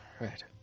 Right